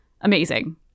Amazing